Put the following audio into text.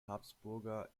habsburger